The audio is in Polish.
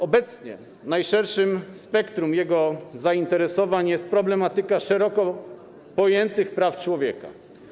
Obecnie w spektrum jego zainteresowań jest problematyka szeroko pojętych praw człowieka.